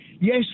Yes